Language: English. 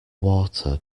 water